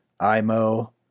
IMO